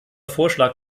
vorschlag